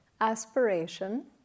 aspiration